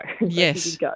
Yes